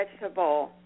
vegetable